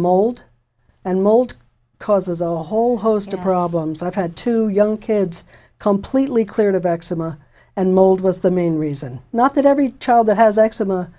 mold and mold causes a whole host of problems i've had two young kids completely cleared of eczema and mold was the main reason not that every child that has eczema